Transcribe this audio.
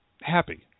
happy